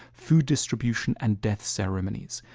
food distribution and death ceremonies.